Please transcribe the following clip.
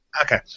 Okay